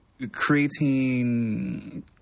creatine